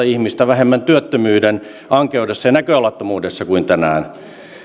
ihmistä vähemmän työttömyyden ankeudessa ja näköalattomuudessa kuin tänään